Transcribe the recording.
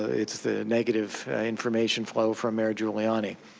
it's the negative information flow from mayor giuliani.